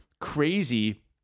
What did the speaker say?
crazy